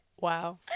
Wow